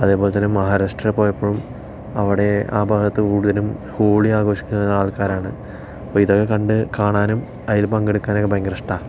അതേപോലെ തന്നെ മഹാരാഷ്ട്രയില് പോയപ്പോഴും അവിടെ ആ ഭാഗത്ത് കൂടുതലും ഹോളി ആഘോഷിക്കുന്ന ആള്ക്കാരാണ് ഇപ്പോൾ ഇതൊക്കെ കണ്ട് കാണാനും അതിൽ പങ്കെടുക്കാനും ഒക്കെ ഭയങ്കര ഇഷ്ടമാണ്